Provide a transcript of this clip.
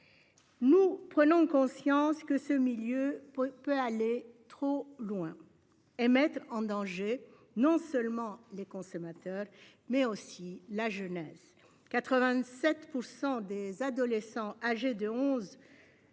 Nous prenons conscience que ce milieu peut aller trop loin et mettre en danger, non seulement les consommateurs, mais aussi la jeunesse, 87% des adolescents âgés de 11.